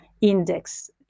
index